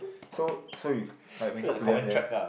so so you like when you talk to them there